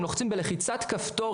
אם לוחצים בלחיצת כפתור,